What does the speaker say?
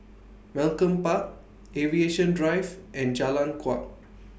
Malcolm Park Aviation Drive and Jalan Kuak